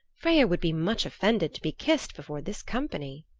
freya would be much offended to be kissed before this company.